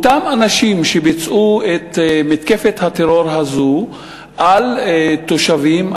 אותם אנשים שביצעו את מתקפת הטרור הזאת על תושבים,